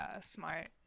smart